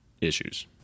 issues